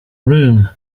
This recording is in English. room